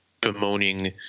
bemoaning